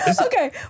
Okay